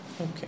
okay